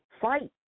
fight